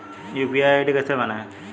UPI ID कैसे बनाएं?